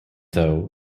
though